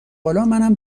بالامنم